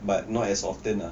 but not as often